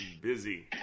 busy